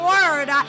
Word